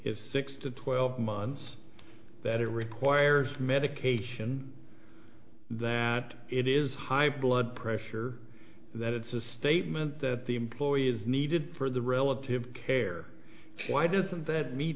is six to twelve months that it requires medication that it is high blood pressure that it's a statement that the employee is needed for the relative care why does that